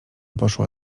poszła